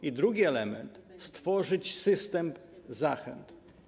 I drugi element: stworzyć system zachęt.